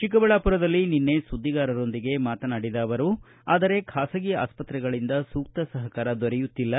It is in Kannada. ಚಿಕ್ಕಬಳ್ಳಾಮರದಲ್ಲಿ ನಿನ್ನೆ ಸುಧ್ಲಿಗಾರರೊಂದಿಗೆ ಮಾತನಾಡಿದ ಅವರು ಆದರೆ ಖಾಸಗಿ ಆಸ್ತ್ರೆಗಳಿಂದ ಸೂಕ್ತ ಸಪಕಾರ ದೊರೆಯುತ್ತಿಲ್ಲ